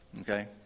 okay